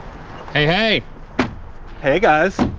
hey hey. hey guys.